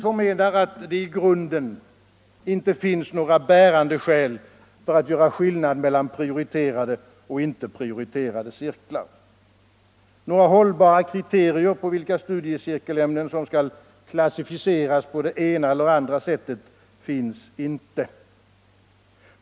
Vi förmenar att det i grunden inte finns några bärande skäl för att göra skillnad mellan prioriterade och icke prioriterade cirklar. Några hållbara kriterier på vilka studiecirkelämnen som skall klassificeras på det ena eller det andra sättet finns inte.